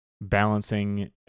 balancing